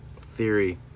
Theory